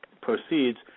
proceeds